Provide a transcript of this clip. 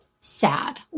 sad